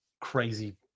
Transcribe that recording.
crazy